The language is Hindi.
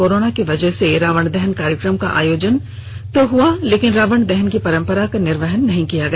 कोरोना की वजह से रावण दहन कार्यक्रम का आयोजन तो नहीं हुआ लेकिन रावण दहन की परंपरा का निर्वहन किया गया